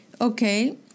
Okay